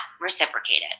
reciprocated